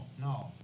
no